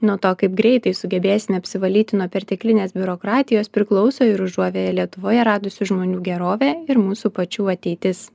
nuo to kaip greitai sugebėsime apsivalyti nuo perteklinės biurokratijos priklauso ir užuovėją lietuvoje radusių žmonių gerovė ir mūsų pačių ateitis